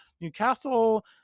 newcastle